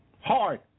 hard